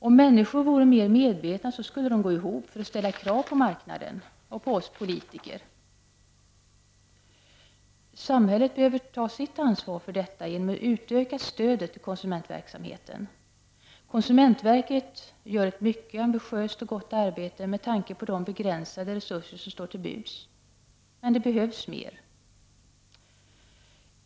Om människor vore mer medvetna skulle de gå ihop för att ställa krav på marknaden och på oss politiker. Samhället behöver ta sitt ansvar för detta genom att utöka stödet till konsumentverksamheten. Konsumentverket gör ett mycket ambitiöst och gott arbete med tanke på de begränsade resurser som står till buds, men det behövs mer.